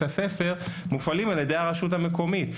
הספר מופעלים על ידי הרשות המקומית.